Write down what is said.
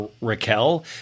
Raquel